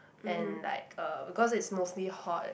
and like uh because it's mostly hot